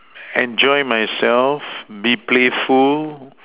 enjoy myself be playful